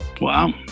Wow